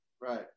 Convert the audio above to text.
Right